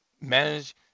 manage